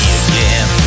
again